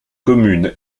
commune